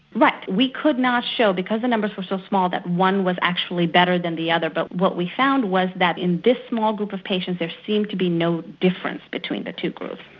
we could not show, because the numbers were so small, that one was actually better than the other. but what we found was that in this small group of patients, there seemed to be no difference between the two groups.